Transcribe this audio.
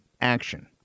action